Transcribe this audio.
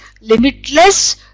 limitless